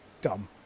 Dumb